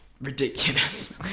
ridiculous